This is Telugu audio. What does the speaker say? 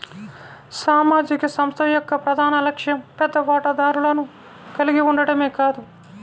సామాజిక సంస్థ యొక్క ప్రధాన లక్ష్యం పెద్ద వాటాదారులను కలిగి ఉండటమే కాదు